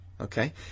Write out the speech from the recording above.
okay